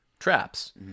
Traps